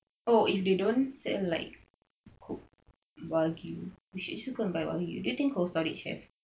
oh if they don't sell like cook wagyu where to buy wagyu do you think cold storage have